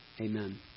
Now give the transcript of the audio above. Amen